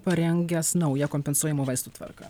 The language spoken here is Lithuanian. parengęs naują kompensuojamų vaistų tvarką